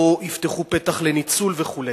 לא יפתחו פתח לניצול וכו'.